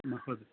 महोदय